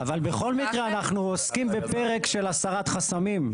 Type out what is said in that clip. אבל בכל מקרה אנחנו עוסקים בפרק של הסרת חסמים.